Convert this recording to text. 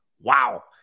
Wow